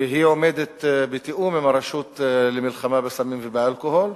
והיא עובדת בתיאום עם הרשות למלחמה בסמים ובאלכוהול,